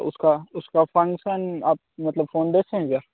उसका उसका फंक्सन आप मतलब फ़ोन देखे हैं क्या